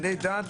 דת,